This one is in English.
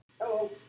hello